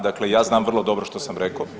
Dakle, ja znam vrlo dobro što sam rekao.